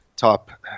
top